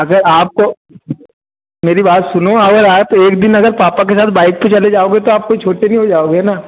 अगर आपको मेरी बात सुनो अगर तो एक दिन अगर पापा के साथ बाइक पर चले जाओगे तो आप कोई छोटे नहीं हो जाओगे न